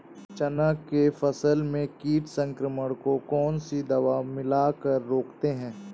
चना के फसल में कीट संक्रमण को कौन सी दवा मिला कर रोकते हैं?